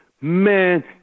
Man